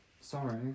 Sorry